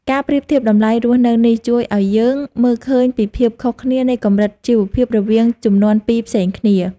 ការប្រៀបធៀបតម្លៃរស់នៅនេះជួយឱ្យយើងមើលឃើញពីភាពខុសគ្នានៃកម្រិតជីវភាពរវាងជំនាន់ពីរផ្សេងគ្នា។